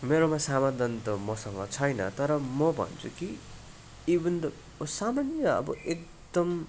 मेरोमा समाधान त मसँग छैन तर म भन्छु कि इभन सामान्य अब एकदम